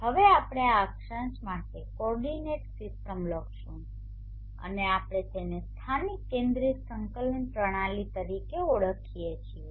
હવે આપણે આ અક્ષાંશ માટે કોઓર્ડિનેટ સિસ્ટમ લખીશું અને આપણે તેને સ્થાનિક કેન્દ્રિત સંકલન પ્રણાલી તરીકે ઓળખીએ છીએ